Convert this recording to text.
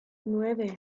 nueve